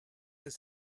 has